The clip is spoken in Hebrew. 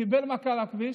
הוא קיבל מכה מהכביש,